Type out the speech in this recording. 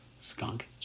skunk